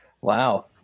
Wow